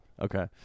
Okay